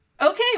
Okay